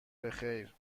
بخیر